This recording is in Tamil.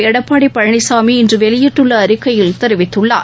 எடப்பாடி பழனிசாமி இன்று வெளியிட்டுள்ள அறிக்கையில் தெரிவித்துள்ளார்